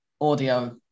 audio